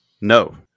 No